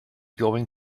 going